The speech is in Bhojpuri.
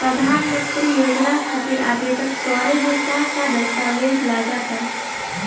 प्रधानमंत्री योजना खातिर आवेदन करे मे का का दस्तावेजऽ लगा ता?